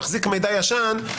מחזיק מידע ישן,